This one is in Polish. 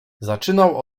zaczynał